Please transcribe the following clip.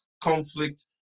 conflict